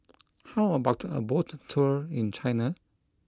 how about a boat tour in China